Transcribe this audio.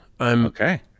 Okay